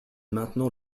maintenant